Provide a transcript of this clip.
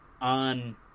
on